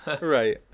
Right